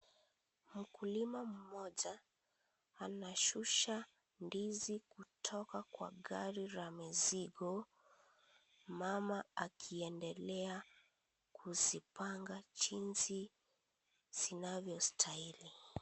Mkulima mmoja anashusha ndizi kutoka kwa gari la mizigo, mama akiendelea kuzipanga jinsi zinavyostahili.